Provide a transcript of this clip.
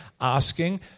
asking